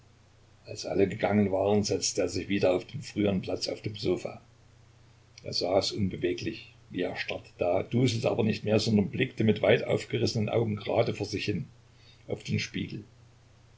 als alle gegangen waren setzte er sich wieder auf den früheren platz auf dem sofa er saß unbeweglich wie erstarrt da duselte aber nicht mehr sondern blickte mit weit aufgerissenen augen gerade vor sich hin auf den spiegel